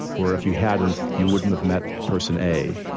where if you hadn't, you wouldn't have met person a.